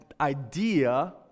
idea